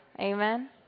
amen